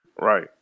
Right